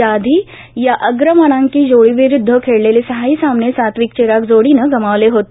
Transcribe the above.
याआधी या अग्रमानांकित जोडीविरुद्ध खेळलेले सहाही सामने सात्विक चिराग जोडीनं गमावले होते